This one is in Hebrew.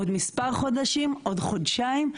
עוד מספר חודשים, עוד חודשיים.